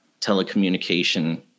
telecommunication